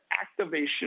activation